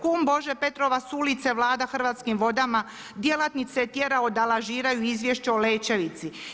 Kum Bože Petrova s ulice vlada Hrvatskim vodama, djelatnice je tjerao da lažiraju izvješće o Lećevici.